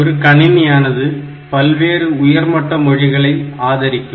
ஒரு கணினியானது பல்வேறு உயர்மட்ட மொழிகளை ஆதரிக்கும்